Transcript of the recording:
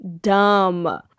dumb